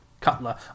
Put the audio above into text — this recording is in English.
Cutler